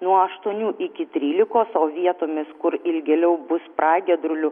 nuo aštuonių iki trylikos o vietomis kur ilgėliau bus pragiedrulių